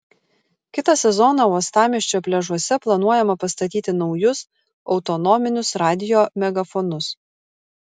kitą sezoną uostamiesčio pliažuose planuojama pastatyti naujus autonominius radijo megafonus